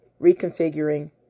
reconfiguring